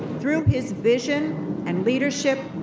through his vision and leadership,